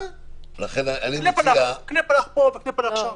אבל קנעפלעך פה וקנעפלעך שם.